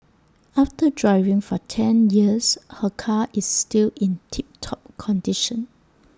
after driving for ten years her car is still in tip top condition